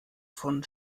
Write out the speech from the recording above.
von